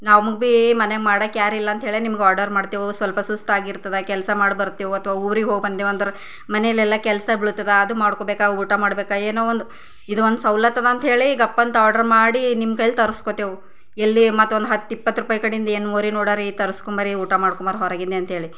ನಮಗೆ ಭೀ ಮನೆಗೆ ಮಾಡಕ್ಕೆ ಯಾರಿಲ್ಲ ಅಂತ್ಹೇಳೇ ನಿಮಗೆ ಆರ್ಡರ್ ಮಾಡ್ತೆವು ಸ್ವಲ್ಪ ಸುಸ್ತಾಗಿರ್ತದ ಕೆಲಸ ಮಾಡಿ ಬರ್ತೆವು ಅಥವಾ ಊರಿಗೆ ಹೋಗಿ ಬಂದೇವಂದ್ರ ಮನೆಲ್ಲೆಲ್ಲ ಕೆಲಸ ಬಿಳ್ತದೆ ಅದು ಮಾಡ್ಕೊಬೇಕಾ ಊಟ ಮಾಡಬೇಕಾ ಏನೋ ಒಂದು ಇದು ಒಂದು ಸೌಲತ್ತು ಅದ ಅಂತ್ಹೇಳಿ ಗಪ್ ಅಂತ ಆರ್ಡರ್ ಮಾಡಿ ನಿಮ್ಮ ಕೈಲಿ ತರ್ಸಕೋತೆವು ಎಲ್ಲಿ ಮತ್ತೆ ಒಂದು ಹತ್ತು ಇಪ್ಪತ್ತು ರೂಪಾಯಿ ಕಡಿಂದ ಏನು ಮೋರೆ ನೋಡಾರಿ ತರ್ಸ್ಕೊಂಬರ್ರಿ ಊಟ ಮಾಡ್ಕೊಂಬರ್ರಿ ಹೊರಗಿಂದೆ ಅಂತೇಳಿ